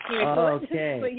Okay